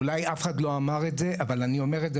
אולי אף אחד לא אמר את זה אבל אני אומר את זה